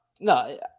no